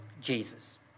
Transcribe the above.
Jesus